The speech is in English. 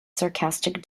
sarcastic